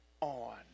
on